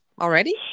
Already